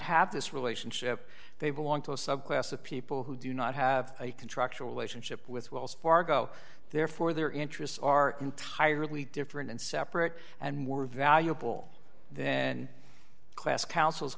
have this relationship they belong to a subclass of people who do not have a contractual relationship with wells fargo therefore their interests are entirely different and separate and were valuable then class council